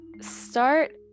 Start